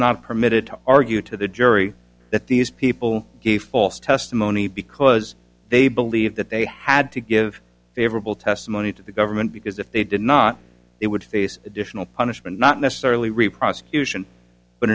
not permitted to argue to the jury that these people gave false testimony because they believe that they had to give favorable testimony to the government because if they did not it would face additional punishment not necessarily reprosecute but